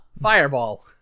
fireball